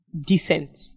decent